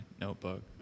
notebook